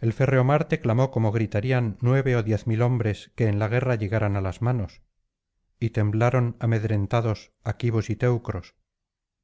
el férreo marte clamó como gritarían nueve ó diez mil hombres que en la guerra llegaran á las manos y temblaron amedrentados aquivos y teucros